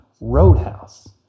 Roadhouse